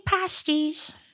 pasties